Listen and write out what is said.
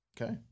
Okay